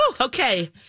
Okay